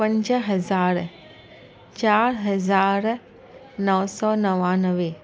पंज हज़ार चारि हज़ार नव सौ नवानवे